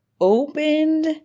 opened